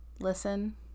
Listen